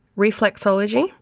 reflexology,